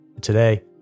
Today